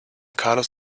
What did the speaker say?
carlos